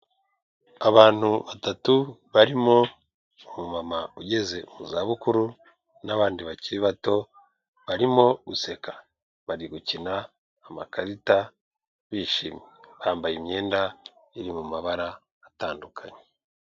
Abantu batatu barimo umumama ugeze mu za bukuru n'abandi bakiri bato, barimo guseka. Bari gukina amakarita bishimye. Bambaye imyenda iri mu mabara atandukanye.